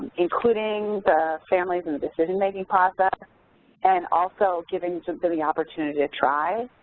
including the families in the decision-making process and also giving the the opportunity to try.